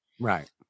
Right